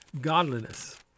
godliness